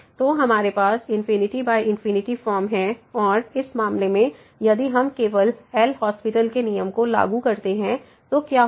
तो हमारे पास ∞∞ फॉर्म है और इस मामले में यदि हम केवल एल हास्पिटल LHospital के नियम को लागू करते हैं तो क्या होगा